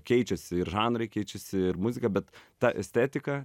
keičiasi ir žanrai keičiasi ir muzika bet ta estetika